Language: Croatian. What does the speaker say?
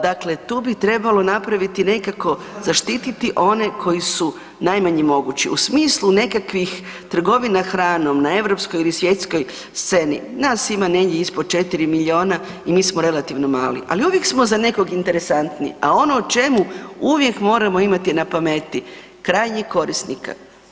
Dakle, tu bi trebalo napraviti nekako, zaštititi one koji su najmanji mogući u smislu nekakvih trgovina hranom na europskoj ili svjetskoj sceni, nas ima negdje ispod 4 milijuna i mi smo relativno mali, ali uvijek smo za nekog interesantni, a ono o čemu uvijek moramo imati na pameti, krajnjeg korisnika.